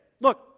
Look